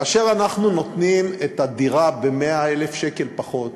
כאשר אנחנו נותנים את הדירה ב-100,000 שקל פחות,